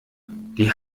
die